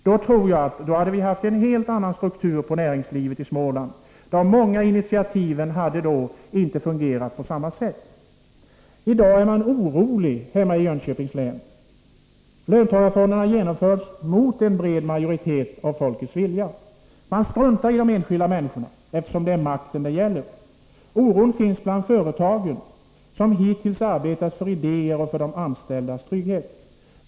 Då tror jag att vi hade haft en helt annan struktur på näringslivet i Småland. De många initiativen hade då inte fungerat på samma sätt. I dag är man orolig hemma i Jönköpings län. Löntagarfonderna genomförs mot en bred folkmajoritets vilja. Regeringen struntar i de enskilda människorna, eftersom det är makten det gäller. Oron finns bland företagarna, som hittills arbetat för idéer och för de anställdas trygghet.